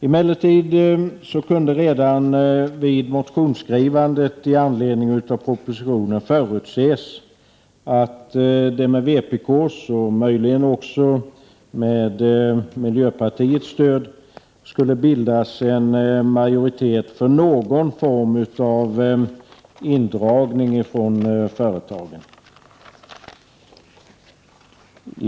Emellertid kunde redan vid motionsskrivandet i anledning av propositionen förutses att det med vpk:s och möjligen också miljöpartiets stöd skulle bildas en majoritet för någon form av indragning från företagen.